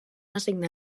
assignar